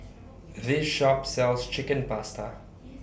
This Shop sells Chicken Pasta